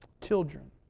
Children